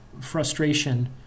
frustration